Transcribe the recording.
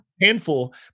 handful